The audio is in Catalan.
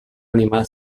animal